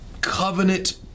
covenant